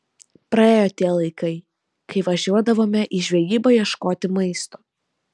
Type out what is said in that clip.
praėjo tie laikai kai važiuodavome į žvejybą ieškoti maisto